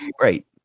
Right